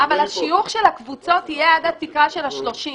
אבל השיוך של הקבוצות יהיה עד התקרה של ה-30.